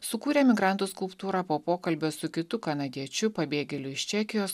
sukūrė emigrantų skulptūrą po pokalbio su kitu kanadiečiu pabėgėliu iš čekijos